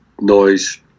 noise